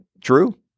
true